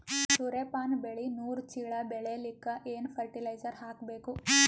ಸೂರ್ಯಪಾನ ಬೆಳಿ ನೂರು ಚೀಳ ಬೆಳೆಲಿಕ ಏನ ಫರಟಿಲೈಜರ ಹಾಕಬೇಕು?